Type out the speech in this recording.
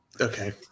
Okay